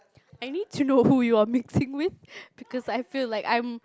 I need to know who you're mixing with because I feel like I'm